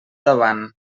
davant